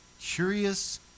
curious